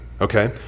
okay